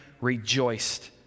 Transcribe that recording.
rejoiced